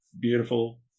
beautiful